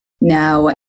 now